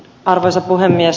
arvoisa puhemies